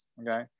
okay